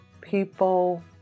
People